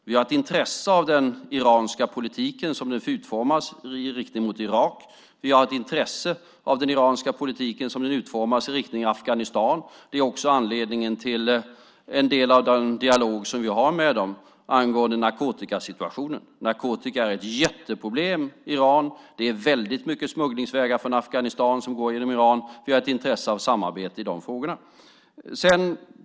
Vi har ett intresse av den iranska politiken som den utformas i riktning mot Irak. Vi har ett intresse av den iranska politiken som den utformas i riktning mot Afghanistan. Det är också anledningen till en del av den dialog som vi har med dem angående narkotikasituationen. Narkotika är ett jätteproblem i Iran. Det är väldigt många smugglingsvägar från Afghanistan som går genom Iran. Vi har ett intresse av samarbete i de frågorna.